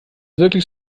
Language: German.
wirklich